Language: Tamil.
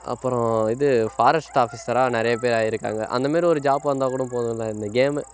அப்பறம் இது ஃபாரஸ்ட் ஆஃபீசராக நிறைய பேர் ஆகியிருக்காங்க அந்தமாரி ஒரு ஜாப் வந்தால் கூட போதுமில்ல இந்த கேமு